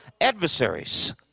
adversaries